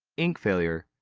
ink failure,